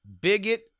bigot